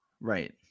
Right